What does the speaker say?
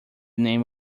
name